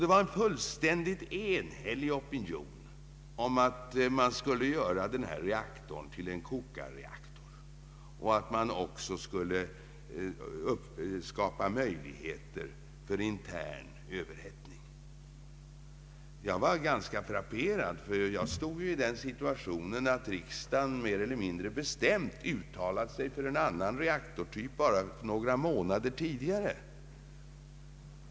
Det var en fullständig enhällig opinion att göra reaktorn i Marviken till en kokarreaktor och att man också skulle skapa möjligheter för intern överhettning. Jag var ganska frapperad, ty jag stod i den situationen att riksdagen bestämt uttalat sig för en annan reaktortyp bara några månader tidigare.